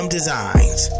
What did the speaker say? Designs